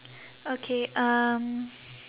okay um